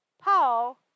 Paul